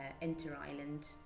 inter-island